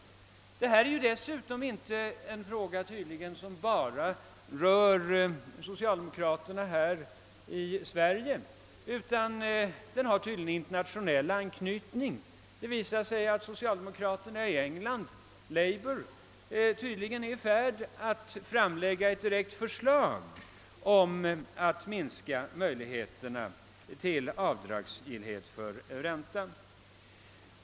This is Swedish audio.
Denna fråga rör tydligen inte bara socialdemokraterna här i Sverige utan har internationell räckvidd — socialdemokraterna i England, Labour, är i färd med att framlägga ett direkt förslag om att minska möjligheterna till avdrag för ränta.